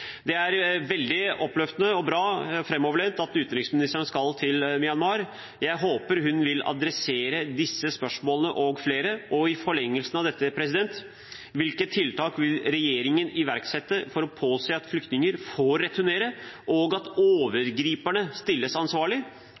Det er veldig oppløftende, bra og framoverlent at utenriksministeren skal til Myanmar. Jeg håper hun vil adressere disse spørsmålene og flere. Og i forlengelsen av dette: Hvilke tiltak vil regjeringen iverksette for å påse at flyktninger får returnere, og at overgriperne stilles ansvarlig?